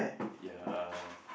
ya uh